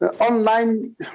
online